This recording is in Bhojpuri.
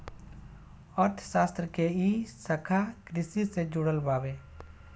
अर्थशास्त्र के इ शाखा कृषि से जुड़ल बावे